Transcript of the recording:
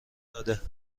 داده